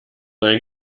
ein